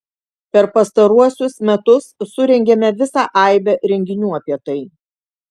per pastaruosius metus surengėme visą aibę renginių apie tai